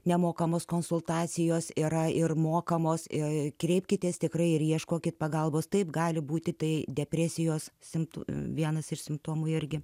nemokamos konsultacijos yra ir mokamos ir kreipkitės tikrai ir ieškokit pagalbos taip gali būti tai depresijos simptomų vienas iš simptomų irgi